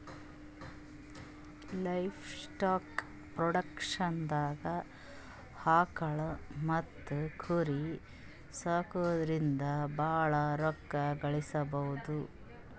livestock ಪ್ರೊಡಕ್ಷನ್ದಾಗ್ ಆಕುಳ್ ಮತ್ತ್ ಕುರಿ ಸಾಕೊದ್ರಿಂದ ಭಾಳ್ ರೋಕ್ಕಾ ಗಳಿಸ್ಬಹುದು